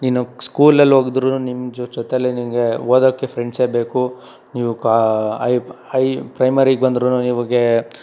ನೀನು ಸ್ಕೂಲಲ್ಲಿ ಹೊಗ್ದ್ರೂ ನಿಮ್ಮ ಜೊತೆಲೇ ನಿನಗೆ ಓದೋಕ್ಕೆ ಫ್ರೆಂಡ್ಸೇ ಬೇಕು ನೀವು ಕಾ ಐ ಪ್ ಐ ಪ್ರೈಮರಿಗೆ ಬಂದ್ರೂ ನಿಮಗೆ